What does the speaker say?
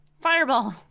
Fireball